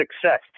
success